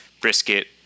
Brisket